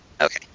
Okay